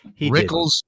Rickles